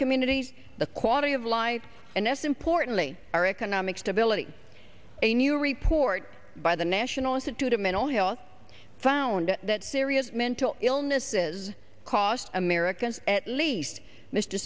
communities the quality of life and as importantly our economic stability a new report by the national institute of mental health found that serious mental illnesses cost americans at least mr